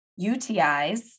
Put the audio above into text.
UTIs